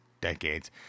decades